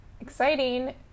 exciting